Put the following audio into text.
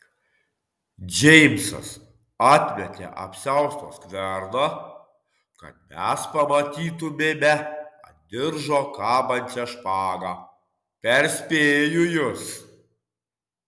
džeimsas atmetė apsiausto skverną kad mes pamatytumėme ant diržo kabančią špagą perspėju jus